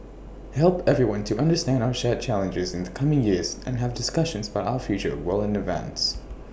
help everyone to understand our shared challenges in the coming years and have discussions about our future well in advance